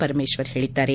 ಪರಮೇಶ್ವರ್ ಹೇಳಿದ್ದಾರೆ